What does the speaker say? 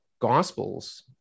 gospels